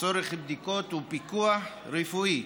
לצורך בדיקות ופיקוח רפואי